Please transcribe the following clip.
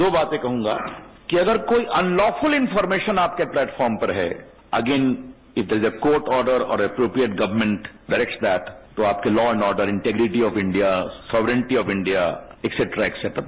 दो बातें कहूंगा कि अगर कोई अनलॉफ़ुली इनफोरमेशन आपके प्लेटफॉर्म पर है again it is a court order or appropriate government directions that तो आपके law and order integrity of India sovereignty of India etcetera etcetera